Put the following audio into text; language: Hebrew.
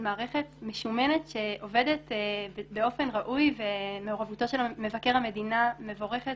מערכת משומנת שעובדת באופן ראוי ומעורבותו של מבקר המדינה מבורכת